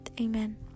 Amen